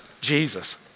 Jesus